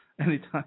Anytime